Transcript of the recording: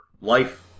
life